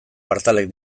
partalek